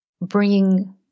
bringing